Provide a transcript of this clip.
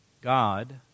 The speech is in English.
God